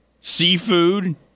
seafood